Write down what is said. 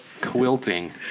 Quilting